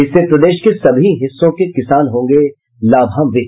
इससे प्रदेश के सभी हिस्सों के किसान होंगे लाभांवित